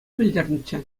пӗлтернӗччӗ